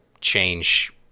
change